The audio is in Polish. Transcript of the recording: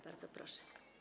Bardzo proszę.